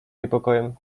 niepokojem